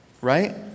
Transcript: right